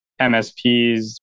MSPs